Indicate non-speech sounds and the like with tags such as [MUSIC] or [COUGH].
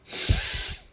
[BREATH]